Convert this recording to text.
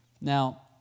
Now